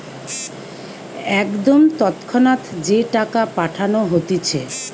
একদম তৎক্ষণাৎ যে টাকা পাঠানো হতিছে